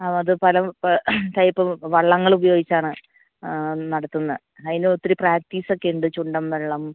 ആ അത് പല ടൈപ്പ് വള്ളങ്ങൾ ഉപയോഗിച്ചാണ് നടത്തുന്നത് അതിനൊത്തിരി പ്രാക്റ്റീസ് ഒക്കെ ഉണ്ട് ചുണ്ടൻ വള്ളം